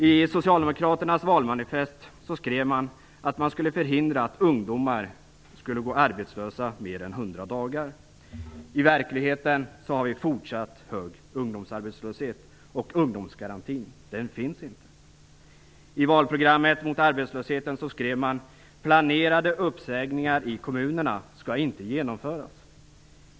I Socialdemokraternas valmanifest skrev man att man skulle förhindra att ungdomar skulle gå arbetslösa mer än 100 dagar. I verkligheten har vi fortsatt hög ungdomsarbetslöshet, och ungdomsgarantin finns inte. planerade uppsägningar i kommunerna skall inte genomföras.